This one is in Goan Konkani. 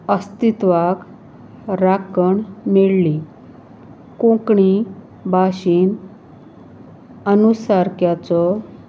अस्तित्वाक राखण मेळ्ळी कोंकणी भाशेंत अनुसारक्याचो